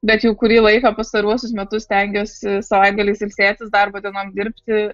bet jau kurį laiką pastaruosius metus stengiuosi savaitgaliais ilsėtis darbo dienom dirbti